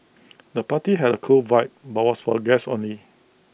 the party had A cool vibe but was for guests only